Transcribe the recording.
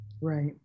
Right